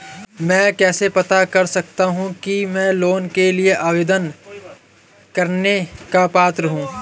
मैं कैसे पता कर सकता हूँ कि मैं लोन के लिए आवेदन करने का पात्र हूँ?